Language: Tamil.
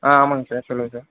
ஆ ஆமாங்க சார் சொல்லுங்கள் சார்